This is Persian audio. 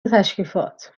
تشریفات